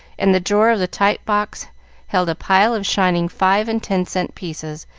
and the drawer of the type-box held a pile of shining five and ten cent pieces,